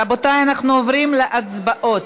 רבותיי, אנחנו עוברים להצבעות.